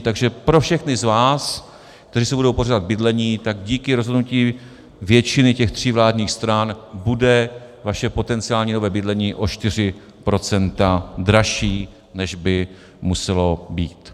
Takže pro všechny z vás, kteří si budou pořizovat bydlení, tak díky rozhodnutí většiny těch tří vládních stran bude vaše potenciální nové bydlení o 4 % dražší, než by muselo být.